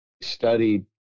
studied